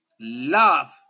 Love